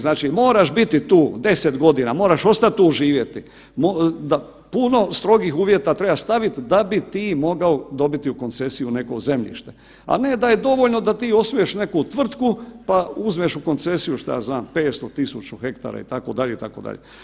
Znači moraš biti tu 10.g., moraš ostat tu živjeti, da puno strogih uvjeta treba stavit da bi ti mogao dobiti u koncesiju neko zemljište, a ne da je dovoljno da ti osnuješ neku tvrtku, pa uzmeš u koncesiju šta ja znam, 500, 1000 hektara itd. itd.